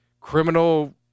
Criminal